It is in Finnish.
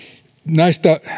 näistä